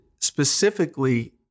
specifically